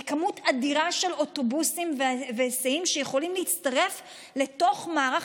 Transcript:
זו כמות אדירה של אוטובוסים והיסעים שיכולים להצטרף לתוך מערך